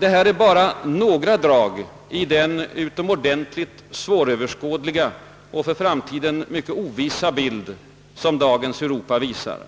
Detta är bara några drag i den utomordentligt svåröverskådliga och för framtiden mycket oklara bild som dagens Europa visar.